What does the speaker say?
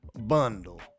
bundle